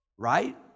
right